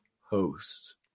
hosts